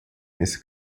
nesse